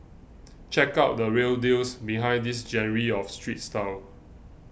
check out the real deals behind this genre of street style